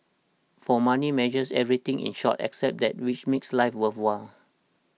for money measures everything in short except that which makes life worthwhile